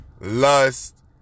lust